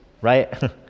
right